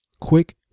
Quick